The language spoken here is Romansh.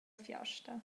fiasta